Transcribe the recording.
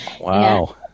Wow